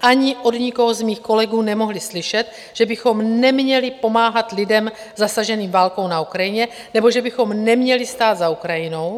ani od nikoho z mých kolegů nemohli slyšet, že bychom neměli pomáhat lidem zasaženým válkou na Ukrajině nebo že bychom neměli stát za Ukrajinou.